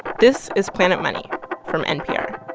this is planet money from npr